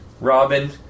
Robin